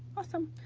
awesome.